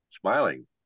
smiling